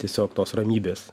tiesiog tos ramybės